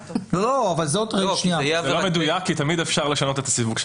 זה לא מדויק כי תמיד אפשר לשנות את הסיווג של התיק.